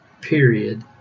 period